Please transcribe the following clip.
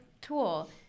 tool